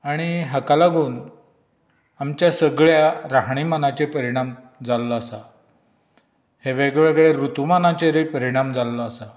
आनी हाका लागून आमच्या सगळ्यां राहाणीमानांचेर परिणाम जाल्लो आसा हे वेगवेगळ्यां ऋतुमानाचेरय परिणाम जाल्लो आसा